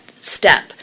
step